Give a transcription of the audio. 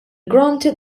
granted